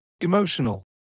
emotional